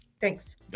Thanks